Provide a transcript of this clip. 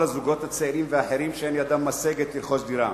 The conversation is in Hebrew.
הזוגות הצעירים ואחרים שאין ידם משגת לרכוש דירה.